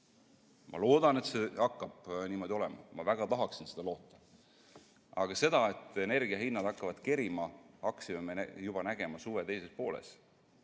Ma loodan, et see hakkab niimoodi olema, ma väga tahaksin seda loota. Aga seda, et energiahinnad hakkavad kerima, hakkasime me nägema juba suve teises pooles.